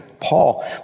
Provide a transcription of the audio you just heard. Paul